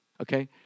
okay